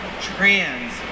trans